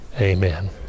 amen